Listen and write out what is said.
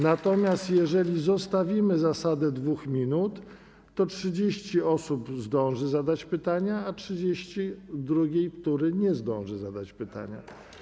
Natomiast jeżeli zostawimy zasadę 2 minut, to 30 osób zdąży zadać pytanie, a 30 z drugiej tury nie zdąży zadać pytania.